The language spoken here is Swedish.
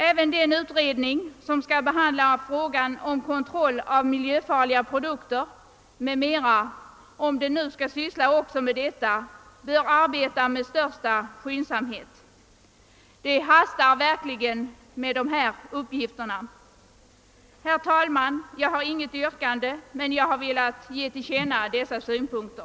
Även den utredning som skall behandla frågan om kontroll av miljöfarliga produkter m.m. bör, om den nu skall syssla med detta problem, arbeta med största skyndsamhet. Det hastar verkligen med dessa uppgifter. Herr talman! Jag har inget yrkande men har velat ge till känna dessa synpunkter.